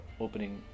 opening